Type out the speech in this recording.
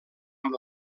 amb